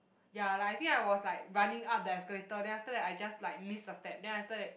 ya like I think I was like running up the escalator then after that I just like miss a step then after that